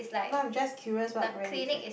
no I'm just curious what brand is that